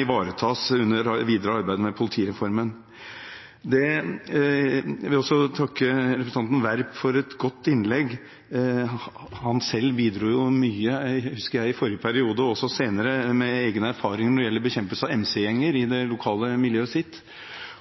ivaretas under det videre arbeidet med politireformen. Jeg vil også takke representanten Werp for et godt innlegg. Han bidro selv mye, husker jeg, i forrige periode og også senere, med egen erfaring når det gjelder bekjempelse av MC-gjenger i det lokale miljøet sitt.